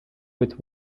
with